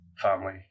family